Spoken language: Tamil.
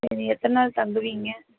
சரி எத்தனை நாள் தங்குவீங்க